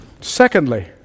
Secondly